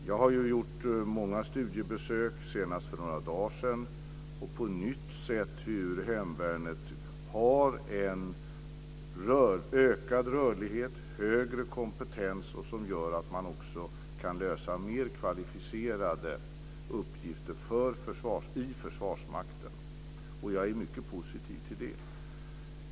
Jag har ju gjort många studiebesök, senast för några dagar sedan då jag på nytt såg hur hemvärnet har en ökad rörlighet och högre kompetens, vilket gör att man också kan lösa mer kvalificerade uppgifter i Försvarsmakten. Jag är mycket positiv till det.